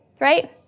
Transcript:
right